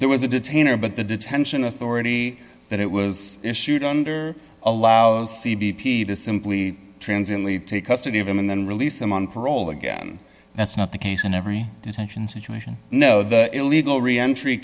there was a detainer but the detention authority that it was issued under allows c b p to simply transiently take custody of him and then release him on parole again that's not the case in every intention situation no the illegal reentry